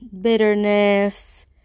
bitterness